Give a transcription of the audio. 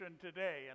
today